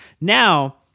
Now